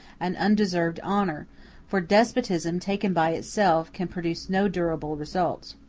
an undeserved honor for despotism, taken by itself, can produce no durable results.